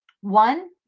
one